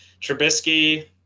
Trubisky